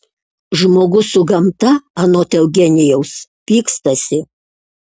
žmogus su gamta anot eugenijaus pykstasi